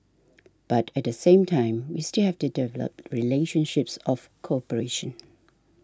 but at the same time we still have to develop relationships of cooperation